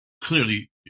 clearly